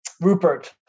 Rupert